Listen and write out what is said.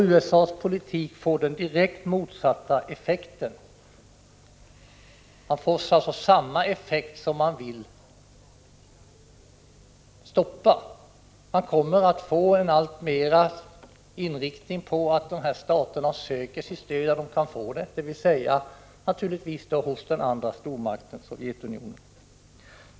USA:s politik får den rakt motsatta effekten. Det blir naturligtvis alltmer så, att de här staterna söker sitt stöd där de kan få det, dvs. hos den andra stormakten, Sovjetunionen.